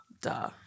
duh